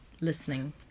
listening